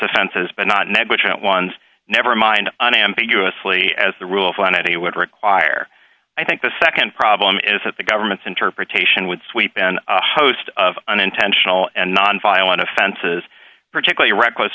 offenses but not negligent ones never mind unambiguously as the rule funded he would require i think the nd problem is that the government's interpretation would sweep in a host of unintentional and nonviolent offenses particularly reckless